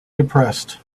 depressed